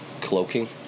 Cloaking